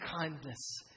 kindness